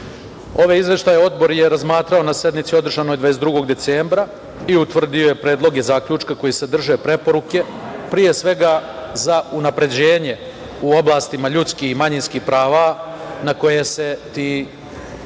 izveštaje Odbor je razmatrao na sednici održanoj 22. decembra i utvrdio je predloge zaključka koji sadrže preporuke, pre svega za unapređenje u oblastima ljudskih i manjinskih prava na koje se ti